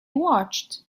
watched